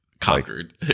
conquered